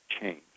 change